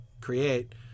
create